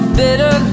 bitter